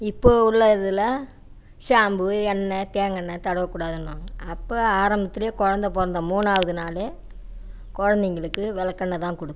இப்போது உள்ள இதில் ஷாம்பு எண்ணெய் தேங்காண்ணெய் தடவக்கூடாதுன்னுவாங்க அப்போ ஆரம்பத்தில் குழந்த பிறந்த மூணாவது நாளே குழந்தைங்களுக்கு வெளக்கெண்ணய் தான் கொடுப்போம்